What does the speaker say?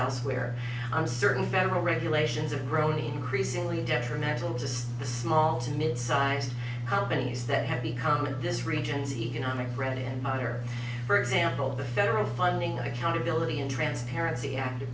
elsewhere certain federal regulations have grown increasingly detrimental to the small to midsized companies that have become this region's economic bread and butter for example the federal funding accountability and transparency act of